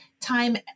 time